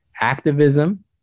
activism